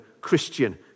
Christian